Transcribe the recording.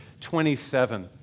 27